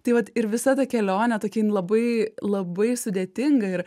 tai vat ir visa ta kelionė tokia jin labai labai sudėtinga ir